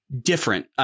different